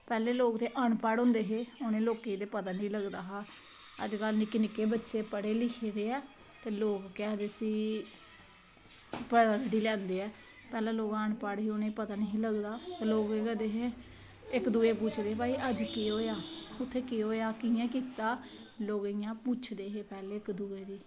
पैह्लें ते लोक अनपढ़ होंदे हे उनें लोकें गी ते पता निं होंदा हा अज्जकल निक्के निक्के बच्चे पढ़े लिखे दे ऐ ते लोग केह् आक्खदे इसी पैह्लें लोक अनपढ़ हे ते पता निं हा लगदा उ'नेंगी इक्क दूऐ गी पुच्छदे की भई अज्ज केह् होया उत्थें केह् होया कियां कीता लोग इंया पुच्छदे हे पैह्लें इक्क दूऐ ई